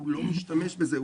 הוא לא משתמש בזה.